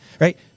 right